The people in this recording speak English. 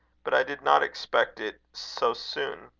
but i did not expect it so soon.